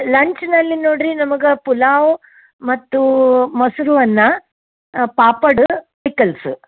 ಲಂಚ್ನಲ್ಲಿ ನೋಡಿರಿ ನಮಗೆ ಪುಲಾವ್ ಮತ್ತು ಮೊಸರು ಅನ್ನ ಪಾಪಡ ಪಿಕಲ್ಸ